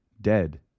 Dead